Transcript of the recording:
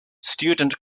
student